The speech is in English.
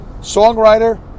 songwriter